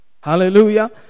Hallelujah